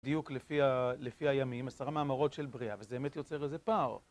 בדיוק לפי הימים, עשרה מאמרות של בריאה, וזה באמת יוצר איזה פער.